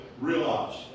realize